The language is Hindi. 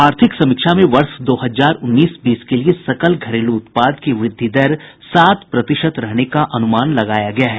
आर्थिक समीक्षा में वर्ष दो हजार उन्नीस बीस के लिए सकल घरेलू उत्पाद की वृद्धि दर सात प्रतिशत रहने का अनुमान लगाया गया है